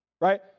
Right